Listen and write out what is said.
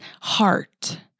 heart